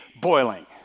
boiling